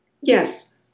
Yes